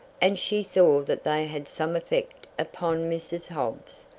and she saw that they had some effect upon mrs. hobbs.